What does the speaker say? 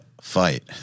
fight